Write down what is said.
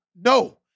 no